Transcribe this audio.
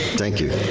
thank you.